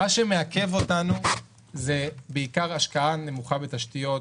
מה שמעכב אותנו זה בעיקר השקעה נמוכה בתשתיות,